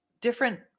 different